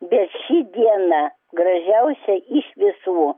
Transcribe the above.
be ši diena gražiausia iš visų